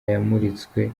yamuritswe